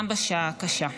גם בשעה הקשה.